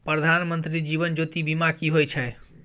प्रधानमंत्री जीवन ज्योती बीमा की होय छै?